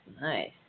nice